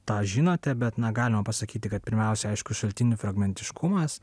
tą žinote bet na galima pasakyti kad pirmiausia aišku šaltinių fragmentiškumas